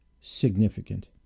significant